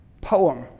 poem